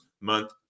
month